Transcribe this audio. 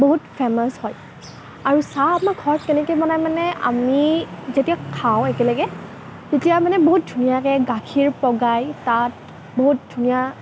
বহুত ফেমাছ হয় আৰু চাহ আমাৰ ঘৰত কেনেকৈ বনায় মানে আমি যেতিয়া খাওঁ একেলগে তেতিয়া মানে বহুত ধুনীয়াকৈ গাখীৰ পগাই তাত বহুত ধুনীয়া